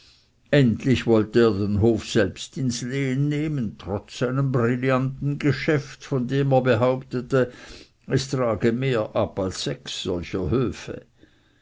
endlich wollte er den hof selbst ins lehen nehmen trotz seinem brillanten geschäft von dem er behauptete es trage mehr ab als sechs solcher höfe